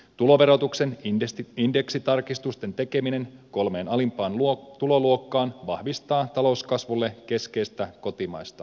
tuloverotuksen indeksitarkistusten tekeminen kolmeen alimpaan tuloluokkaan vahvistaa talouskasvulle keskeistä kotimaista kysyntää